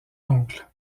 oncle